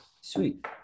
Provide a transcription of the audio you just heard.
Sweet